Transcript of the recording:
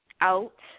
out